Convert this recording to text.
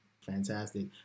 Fantastic